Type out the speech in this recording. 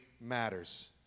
matters